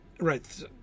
right